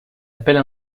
appelle